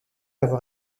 avoir